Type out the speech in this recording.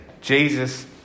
Jesus